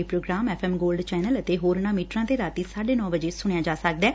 ਇਹ programme F M gold channel ਅਤੇ ਹੋਰਨਾਂ ਮੀਟਰਾਂ ਤੇ ਰਾਤੀਂ ਸਾਢੇ ਨੌ ਵਜੇ ਸੁਣਿਆ ਜਾ ਸਕਦੈ